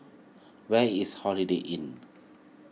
where is Holiday Inn